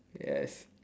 yes